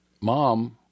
Mom